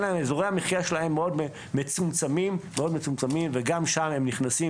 אזורי המחיה שלהם מאוד מצומצמים וגם שם הם נכנסים,